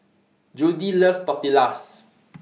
Judie loves Tortillas